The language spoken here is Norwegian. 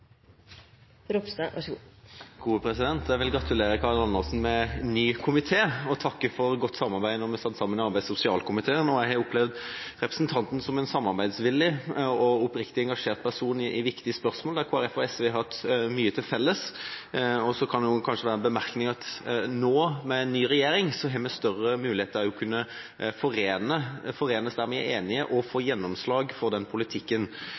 arbeids- og sosialkomiteen. Jeg har opplevd representanten som en samarbeidsvillig og oppriktig engasjert person i viktige spørsmål der Kristelig Folkeparti og SV har mye til felles. Så kan det kanskje være en bemerkning at nå, med en ny regjering, har vi større muligheter til å kunne forenes der vi er enige, og få gjennomslag for den politikken.